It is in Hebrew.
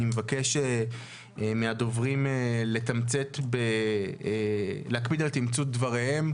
אני מבקש מהדוברים להקפיד על תמצות דבריהם,